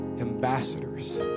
ambassadors